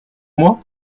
moi